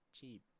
cheap